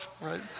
right